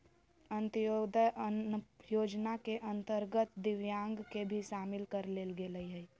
अंत्योदय अन्न योजना के अंतर्गत दिव्यांग के भी शामिल कर लेल गेलय हइ